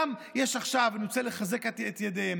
יש עכשיו, אני רוצה לחזק את ידיהן,